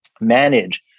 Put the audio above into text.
manage